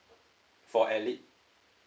for at leas~